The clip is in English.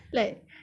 like